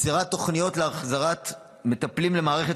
יצירת תוכניות להחזרת מטפלים למערכת